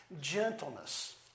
Gentleness